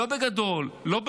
לא בגדול, לא במיליארדים,